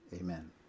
Amen